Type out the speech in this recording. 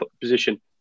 position